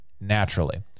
naturally